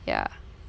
ya